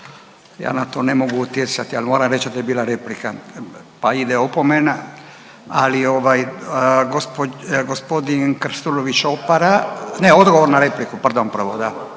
Ja na to ne mogu utjecati, ali moram reći da je bila replika pa ide opomena. Ali ovaj, g. Krstulović Opara, ne, odgovor na repliku, pardon, prvo,